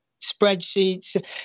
spreadsheets